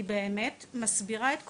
היא באמת מסבירה את הכל.